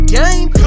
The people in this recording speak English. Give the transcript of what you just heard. game